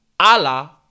Allah